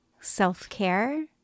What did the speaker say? self-care